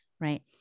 right